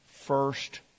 First